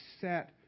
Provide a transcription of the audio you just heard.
set